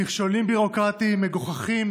מכשולים ביורוקרטיים מגוחכים,